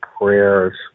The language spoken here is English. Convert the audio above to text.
prayers